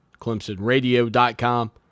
ClemsonRadio.com